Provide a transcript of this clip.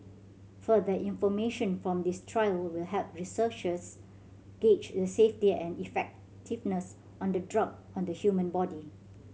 further information from this trial will help researchers gauge the safety and effectiveness on the drug on the human body